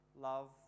Love